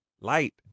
light